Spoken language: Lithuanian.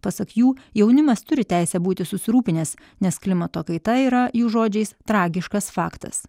pasak jų jaunimas turi teisę būti susirūpinęs nes klimato kaita yra jų žodžiais tragiškas faktas